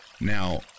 Now